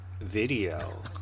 video